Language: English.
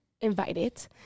invited